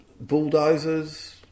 bulldozers